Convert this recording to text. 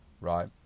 right